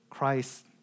Christ